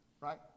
right